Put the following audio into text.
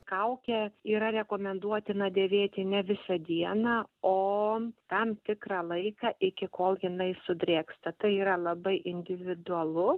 kaukę yra rekomenduotina dėvėti ne visą dieną o tam tikrą laiką iki kol jinai sudrėksta tai yra labai individualu